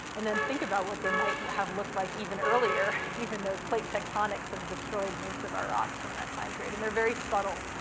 and then think about what they might have looked like even earlier, even though plate tectonics has destroyed most of our rocks from that time period, and they're very subtle,